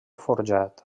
forjat